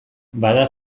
bada